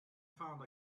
found